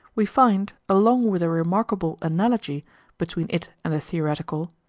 we find, along with a remarkable analogy between it and the theoretical,